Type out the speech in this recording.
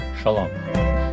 Shalom